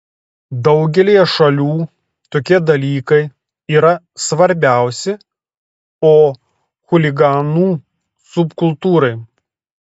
daugelyje šalių tokie dalykai yra svarbiausi o chuliganų subkultūrai